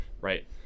right